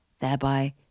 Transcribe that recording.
thereby